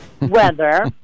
weather